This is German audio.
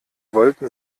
wollten